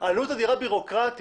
עלות אדירה בירוקרטית.